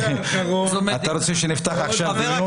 אתה רוצה שנפתח עכשיו עוד דיון?